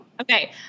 Okay